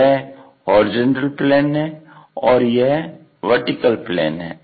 यह HP है और यह VP है